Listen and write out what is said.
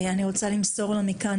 אני רוצה למסור לה מכאן,